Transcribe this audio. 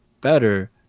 better